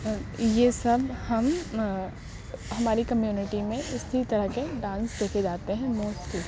یہ سب ہم ہماری کمیونٹی میں اسی طرح کے ڈانس دیکھے جاتے ہیں موشٹلی